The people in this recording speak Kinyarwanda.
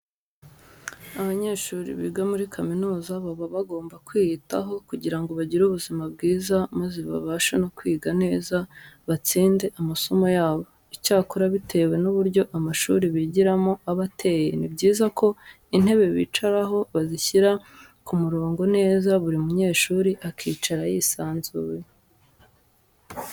Abanyeshuri biga muri kaminuza baba bagomba kwiyitaho kugira ngo bagire ubuzima bwiza maze babashe no kwiga neza batsinde amasomo yabo. Icyakora bitewe n'uburyo amashuri bigiramo aba ateye ni byiza ko intebe bicaraho bazishyira ku murongo neza buri munyeshuri akicara yisanzuye.